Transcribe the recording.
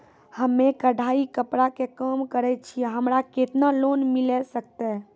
हम्मे कढ़ाई कपड़ा के काम करे छियै, हमरा केतना लोन मिले सकते?